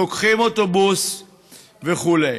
לוקחים אוטובוס וכו'.